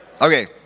Okay